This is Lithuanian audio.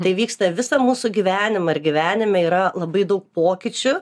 tai vyksta visą mūsų gyvenimą ir gyvenime yra labai daug pokyčių